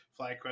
FlyQuest